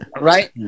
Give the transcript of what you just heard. Right